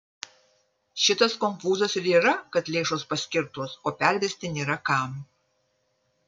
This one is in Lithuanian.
šitas konfūzas ir yra kad lėšos paskirtos o pervesti nėra kam